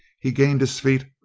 he gained his feet,